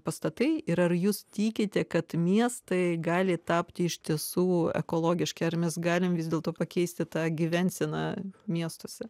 pastatai ir ar jūs tikite kad miestai gali tapti iš tiesų ekologiški ar mes galim vis dėlto pakeisti tą gyvenseną miestuose